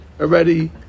already